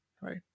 right